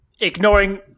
ignoring